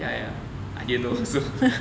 ya ya I didn't know also